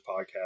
podcast